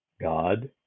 God